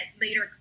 later